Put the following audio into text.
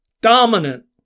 dominant